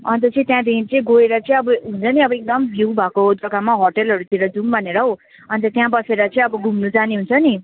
अन्त चाहिँ त्यहाँदेखि चाहिँ गएर चाहिँ अब हुन्छ नि अब एकदम भ्यु भएको जगामा होटेलहरूतिर जौँ भनेर पनि अन्त त्यहाँ बसेर चाहिँ घुम्नु जाने हुन्छ नि